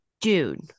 Dude